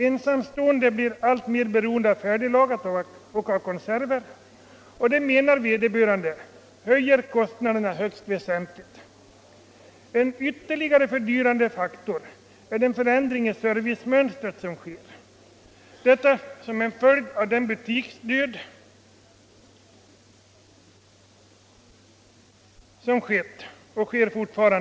Ensamstående blir alltmer beroende av färdiglagad mat och konserver, och det menar vederbörande höjer kostnaderna högst väsentligt. En annan fördyrande faktor är den förändring i servicemönstret som nu sker som en följd av den butiksdöd som förekommit och alltjämt förekommer.